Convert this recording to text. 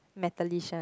metallish one